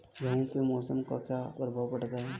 गेहूँ पे मौसम का क्या प्रभाव पड़ता है?